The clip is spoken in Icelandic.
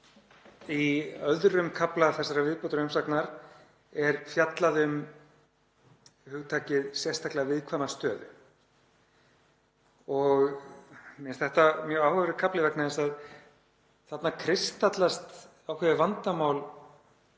Í öðrum kafla þessarar viðbótarumsagnar er fjallað um hugtakið sérstaklega viðkvæma stöðu. Mér finnst þetta mjög áhugaverður kafli vegna þess að þarna kristallast ákveðið vandamál